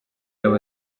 yabo